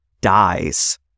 dies